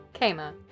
Kama